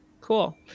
Cool